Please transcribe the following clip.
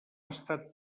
estat